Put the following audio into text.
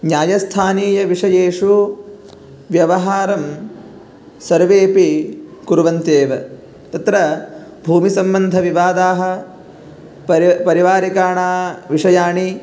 न्यायस्थानीयविषयेषु व्यवहारं सर्वेपि कुर्वन्ति एव तत्र भूमिसम्बन्धविवादाः परि परिवारिकाणा विषयाणि